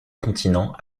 continents